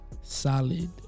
solid